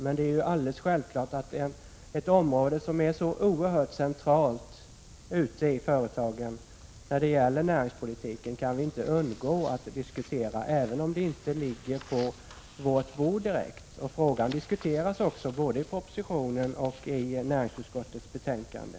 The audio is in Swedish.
Men det är självklart att vi inte kan underlåta att diskutera ett område, som är så oerhört centralt för företagen när det gäller näringspolitiken, även om de frågorna inte direkt ligger på vårt bord. De diskuteras också både i propositionen och i näringsutskottets betänkande.